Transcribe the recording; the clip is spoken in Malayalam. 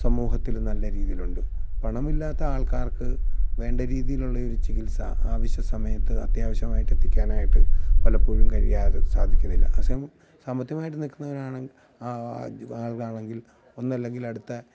സമൂഹത്തിൽ നല്ല രീതിയിലുണ്ട് പണമില്ലാത്ത ആൾക്കാർക്ക് വേണ്ട രീതിയിലുള്ളയൊരു ചികിത്സ ആവശ്യ സമയത്ത് അത്യാവശ്യമായിട്ടെത്തിക്കാനായിട്ട് പലപ്പോഴും കഴിയാതെ സാധിക്കുന്നില്ല അതെസമയം സാമ്പത്തികമായിട്ട് നിൽക്കുന്നവരാണ് ആ ആളാണെങ്കിൽ ഒന്നല്ലെങ്കിൽ അടുത്ത